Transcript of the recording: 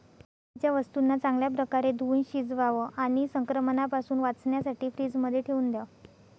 खाण्याच्या वस्तूंना चांगल्या प्रकारे धुवुन शिजवावं आणि संक्रमणापासून वाचण्यासाठी फ्रीजमध्ये ठेवून द्याव